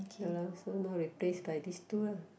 ya lah so now replace by this two lah